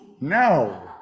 No